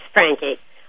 Frankie